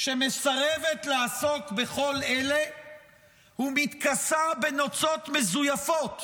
שמסרבת לעסוק בכל אלה ומתכסה בנוצות מזויפות